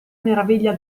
meraviglia